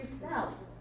yourselves